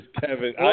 Kevin